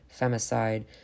femicide